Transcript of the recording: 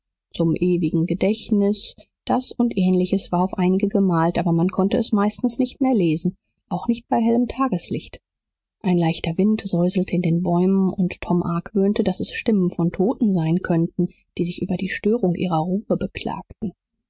zum ewigen gedächtnis das und ähnliches war auf einige gemalt aber man konnte es meistens nicht mehr lesen auch nicht bei hellem tageslicht ein leichter wind säuselte in den bäumen und tom argwöhnte daß es stimmen von toten sein könnten die sich über die störung ihrer ruhe beklagten